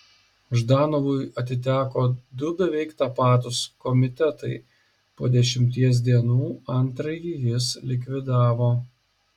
ždanovui atiteko du beveik tapatūs komitetai po dešimties dienų antrąjį jis likvidavo